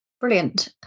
Brilliant